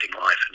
life